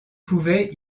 pouvait